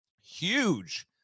huge